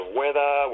weather